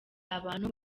abantu